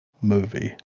movie